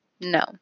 no